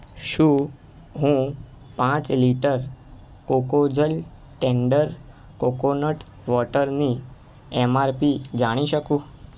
શું હું પાંચ લિટર કોકોજલ ટેન્ડર કોકોનટ વોટરની એમઆરપી જાણી શકું